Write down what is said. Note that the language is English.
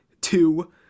two